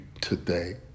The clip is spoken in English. today